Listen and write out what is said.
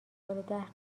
مقدار